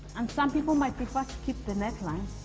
um some people might prefer to keep the neckline